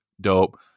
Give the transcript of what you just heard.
dope